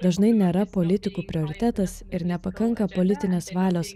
dažnai nėra politikų prioritetas ir nepakanka politinės valios